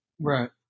Right